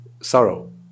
sorrow